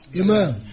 Amen